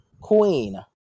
Queen